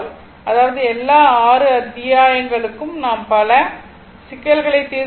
அதாவது எல்லா 6 அத்தியாயங்களுக்கு நாம் பல சிக்கல்களை தீர்த்து உள்ளோம்